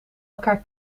elkaar